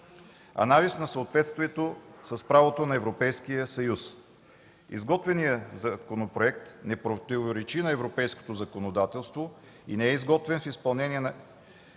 Анализ за съответствие с правото на Европейския съюз: Изготвеният законопроект не противоречи на европейското законодателство и не е изготвен в изпълнение на